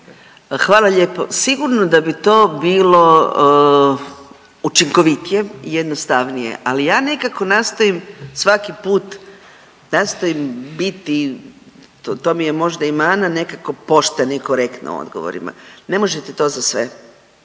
Hvala lijepo. Sigurno da bi to bilo učinkovitije, jednostavnije ali ja nekako nastojim svaki put nastojim biti to mi je možda i mana nekako poštena i korektna u odgovorima. Ne možete to za sve.